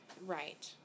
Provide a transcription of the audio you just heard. Right